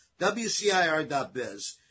WCIR.biz